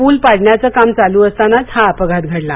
पूल पाडण्याचं काम चालू असतानाच हा अपघात घडला